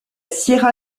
sierra